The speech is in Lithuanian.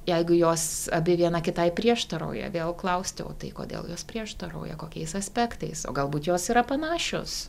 jeigu jos abi viena kitai prieštarauja vėl klausti o tai kodėl jos prieštarauja kokiais aspektais o galbūt jos yra panašios